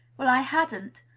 well, i hadn't.